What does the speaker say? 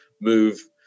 move